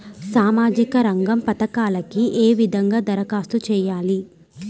సామాజిక రంగ పథకాలకీ ఏ విధంగా ధరఖాస్తు చేయాలి?